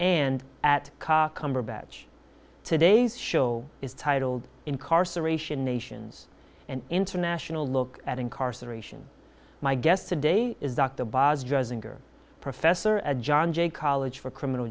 cumberbatch today's show is titled incarceration nations and international look at incarceration my guest today is dr a professor at john jay college for criminal